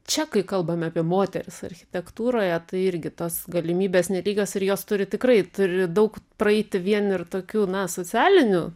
čia kai kalbame apie moteris architektūroje tai irgi tos galimybės nelygios ir jos turi tikrai turi daug praeiti vien ir tokių na socialinių